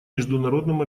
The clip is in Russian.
международным